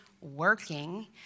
working